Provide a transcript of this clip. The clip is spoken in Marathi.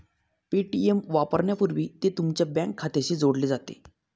पे.टी.एम वापरण्यापूर्वी ते तुमच्या बँक खात्याशी जोडले जाते